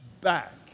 back